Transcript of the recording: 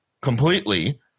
completely